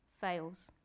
fails